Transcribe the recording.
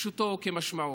פשוטו כמשמעו.